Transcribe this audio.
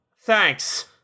thanks